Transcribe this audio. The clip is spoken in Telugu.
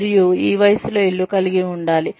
మరియు ఈ వయస్సులో ఇల్లు కలిగి ఉండాలి